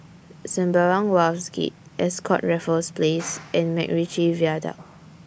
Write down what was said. Sembawang Wharves Gate Ascott Raffles Place and Macritchie Viaduct